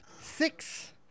six